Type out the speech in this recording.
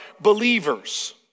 believers